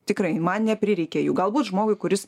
tikrai man neprireikė jų galbūt žmogui kuris